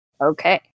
Okay